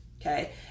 Okay